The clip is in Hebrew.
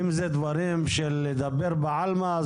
אם זה דברים של דיבורים בעלמא,